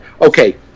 Okay